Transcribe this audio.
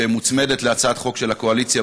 שמוצמדת להצעת חוק של הקואליציה,